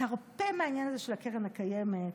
תרפה מהעניין הזה של הקרן הקיימת,